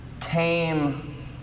came